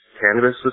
cannabis